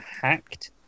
hacked